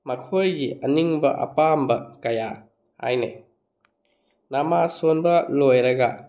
ꯃꯈꯣꯏꯒꯤ ꯑꯅꯤꯡꯕ ꯑꯄꯥꯝꯕ ꯀꯌꯥ ꯍꯥꯏꯅꯩ ꯅꯃꯥꯖ ꯁꯣꯟꯕ ꯂꯣꯏꯔꯒ